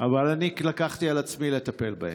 אבל אני לקחתי על עצמי לטפל בהם.